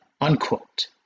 unquote